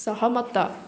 ସହମତ